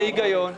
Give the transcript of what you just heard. בהיגיון,